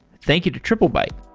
thank you to triplebyte